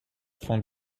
font